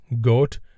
goat